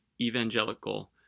evangelical